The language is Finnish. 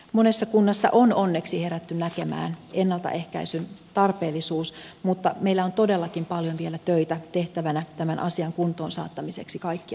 monessa kunnassa on onneksi herätty näkemään ennaltaehkäisyn tarpeellisuus mutta meillä on todellakin paljon vielä töitä tehtävänä tämän asian kuntoon saattamiseksi kaikkialla